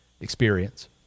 experience